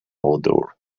odor